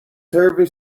turvy